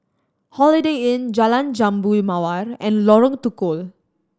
Holiday Inn Jalan Jambu Mawar and Lorong Tukol